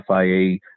FIA